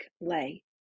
lay